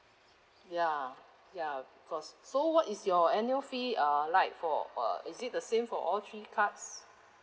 ya ya of course so what is your annual fee uh like for uh is it the same for all three cards